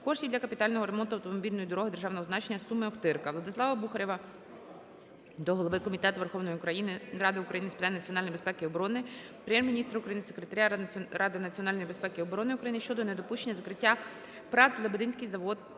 коштів для капітального ремонту автомобільної дороги державного значення Суми - Охтирка. ВладиславаБухарєва до голови Комітету Верховної Ради України з питань національної безпеки і оборони, Прем'єр-міністра України, Секретаря Ради національної безпеки і оборони України щодо недопущення закриття ПрАТ "Лебединський завод